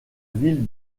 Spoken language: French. ville